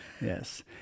Yes